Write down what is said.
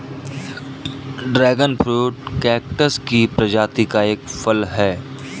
dragon fruit cactus की प्रजाति का एक फल है